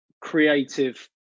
creative